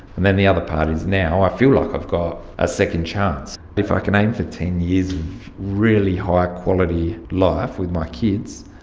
and then the other part is now i feel like i've got a second chance. if i can aim for ten years of really high quality life with my kids,